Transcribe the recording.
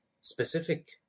specific